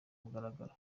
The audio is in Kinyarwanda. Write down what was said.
mugaragaro